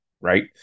Right